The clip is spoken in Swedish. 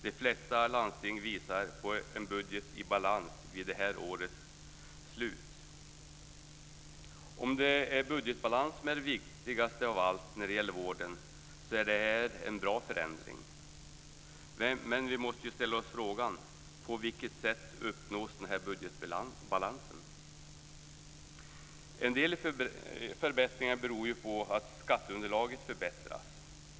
De flesta landsting visar en budget i balans vid det här årets slut. Om det är budgetbalans som är det viktigaste av allt när det gäller vården är det här en bra förändring. Men vi måste ställa oss frågan: På vilket sätt uppnås den här budgetbalansen? En del i förbättringen beror på att skatteunderlaget förbättrats.